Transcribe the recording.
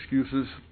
excuses